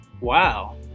Wow